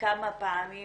כמה פעמים